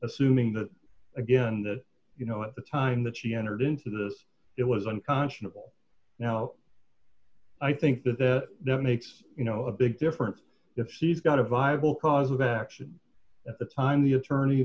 assuming that again that you know at the time that she entered into this it was unconscionable now i think that that makes you know a big difference if she's got a viable cause of action at the time the attorney